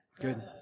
Good